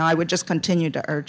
know i would just continue to